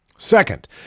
Second